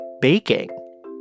baking